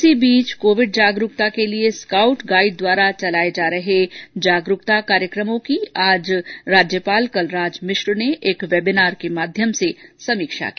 इसी बीच कोविड जागरुकता के लिए स्काउट गाइड द्वारा चलाये जा रहे जागरुकता कार्यक्रमों आज राज्यपाल कलराज मिश्र ने एक वेबिनार के माध्यम से समीक्षा की